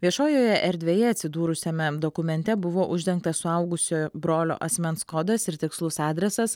viešojoje erdvėje atsidūrusiame dokumente buvo uždengtas suaugusiojo brolio asmens kodas ir tikslus adresas